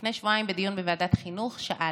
לפני שבועיים בדיון בוועדת החינוך שאלנו,